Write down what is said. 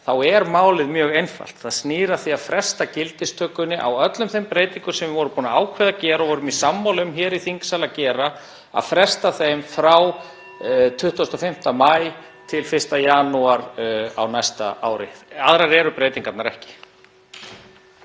gaumgæfilega, mjög einfalt. Það snýr að því að fresta gildistökunni á öllum þeim breytingum sem við vorum búin að ákveða að gera og vorum sammála um hér í þingsal að gera, fresta þeim frá 25. maí til 1. janúar á næsta ári. Aðrar eru breytingarnar ekki.